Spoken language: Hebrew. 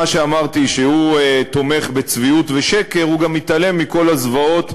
כיוון שאני בכל זאת אחראי לנושא ביטחון הפנים,